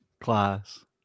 Class